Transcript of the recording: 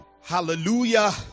Hallelujah